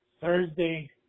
Thursday